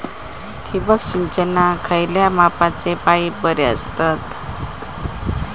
ठिबक सिंचनाक खयल्या मापाचे पाईप बरे असतत?